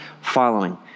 following